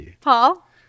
Paul